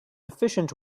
efficient